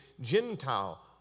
Gentile